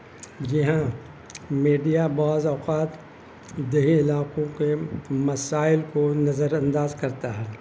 جی ہاں میڈیا بعض اوقات دیہی علاقوں کے مسائل کو نظر انداز کرتا ہے